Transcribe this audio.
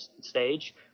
stage